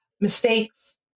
mistakes